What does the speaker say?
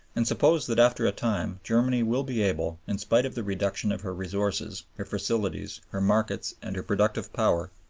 and suppose that after a time germany will be able, in spite of the reduction of her resources, her facilities, her markets, and her productive power,